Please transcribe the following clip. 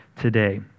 today